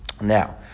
Now